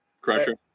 Crusher